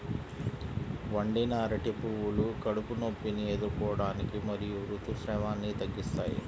వండిన అరటి పువ్వులు కడుపు నొప్పిని ఎదుర్కోవటానికి మరియు ఋతు రక్తస్రావాన్ని తగ్గిస్తాయి